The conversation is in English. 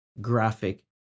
graphic